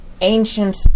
ancient